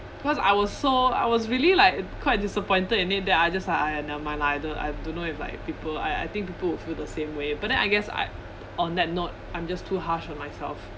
because I was so I was really like quite disappointed in it that I just like !aiya! never mind lah I don't I don't know if like people I I think people would feel the same way but then I guess I on that note I'm just too harsh on myself